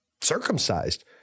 circumcised